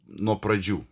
nuo pradžių